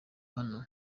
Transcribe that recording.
hano